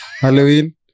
Halloween